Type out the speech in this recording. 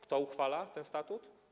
Kto uchwala ten statut?